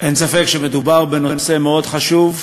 אין ספק שמדובר בנושא מאוד חשוב,